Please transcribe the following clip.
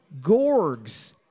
Gorgs